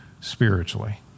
spiritually